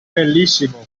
bellissimo